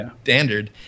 standard